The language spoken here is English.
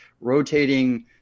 rotating